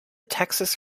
texas